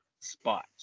spot